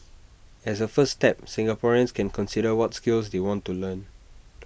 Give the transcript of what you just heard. as A first step Singaporeans can consider what skills they want to learn